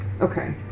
Okay